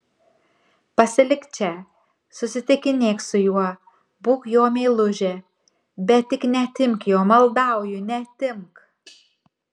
pasilik čia susitikinėk su juo būk jo meilužė bet tik neatimk jo maldauju neatimk